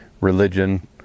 religion